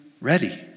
ready